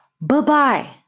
Bye-bye